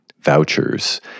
Vouchers